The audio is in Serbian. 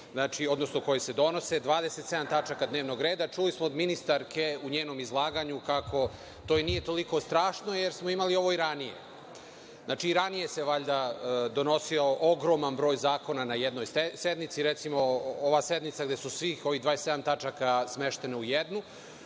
odnosno koji se donose, 27 tačaka dnevnog reda. Čuli smo od ministarka u njenom izlaganju kako to i nije tako strašno jer smo ovo imali i ranije, znači valjda se i ranije donosi ogroman broj zakona na jednoj sednici, recimo ova sednica gde je svih 27 tačaka smešteno u jednu,